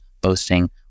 boasting